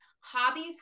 hobbies